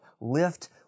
lift